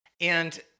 And-